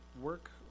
work